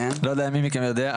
לא יודע עם מי מכם יודע,